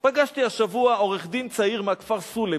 פגשתי השבוע עורך-דין צעיר מכפר-סולם,